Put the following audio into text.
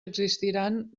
existiran